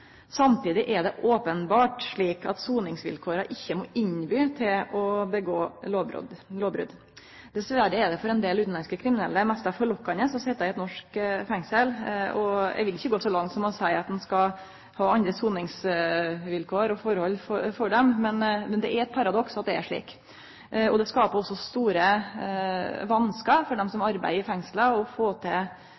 Samtidig er det openbert slik at soningsvilkåra ikkje må innby til lovbrot. Dessverre er det for ein del utanlandske kriminelle mesta forlokkande å sitje i eit norsk fengsel. Eg vil ikkje gå så langt som til å seie at det skal vere andre soningsvilkår og forhold for dei, men det er eit paradoks at det er slik. Det skaper også store vanskar for dei som